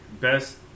best